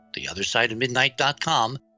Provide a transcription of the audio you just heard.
theothersideofmidnight.com